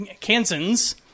Kansans